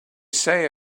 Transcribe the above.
say